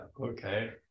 okay